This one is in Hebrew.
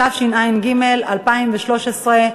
התשע"ג 2013,